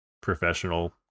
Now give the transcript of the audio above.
professional